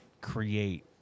create